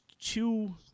two